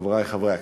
חברי חברי הכנסת,